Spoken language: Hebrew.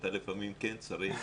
אתה כנראה כן צריך